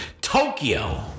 Tokyo